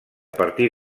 partir